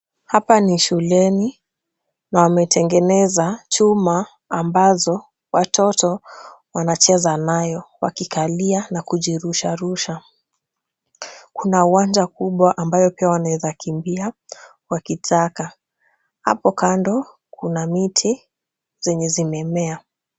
Hapa ni shuleni na wametengeneza chuma ambazo watoto wanacheza nayo wakikalia na kujirusharusha. Kuna uwanja kubwa ambayo pia wanaeza kimbia wakitaka. Hapo kando kuna miti zenye zimemea.